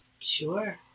Sure